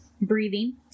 Breathing